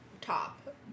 top